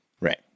Right